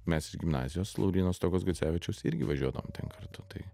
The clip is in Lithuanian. mes gimnazijos lauryno stuokos gucevičiaus irgi važiuodavom ten kartu tai